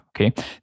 okay